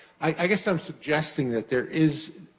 i guess, i'm suggesting that there is,